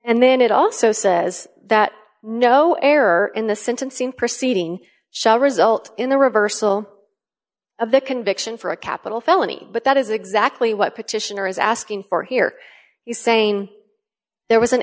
and then it also says that no error in the sentencing proceeding shall result in the reversal of the conviction for a capital felony but that is exactly what petitioner is asking for here he's saying there was an